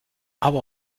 aber